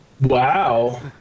Wow